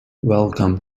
welcome